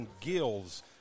Gills